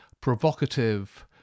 provocative